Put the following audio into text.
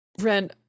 Ren